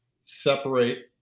separate